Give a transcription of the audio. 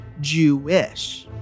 Jewish